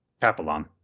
Papillon